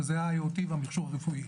וזה היה -- והמכשור הרפואי.